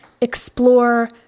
explore